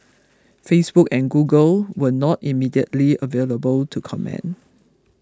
Facebook and Google were not immediately available to comment